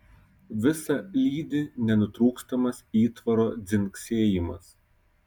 visa lydi nenutrūkstamas įtvaro dzingsėjimas